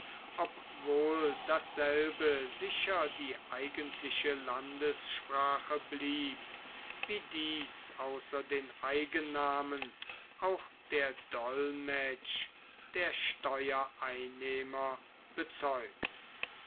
obwohl dasselbe sicher die eigentliche landessprache blieb wie dies außer den eigennamen auch der dolmetsch der steuereinnehmer bezeugt